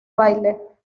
baile